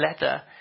letter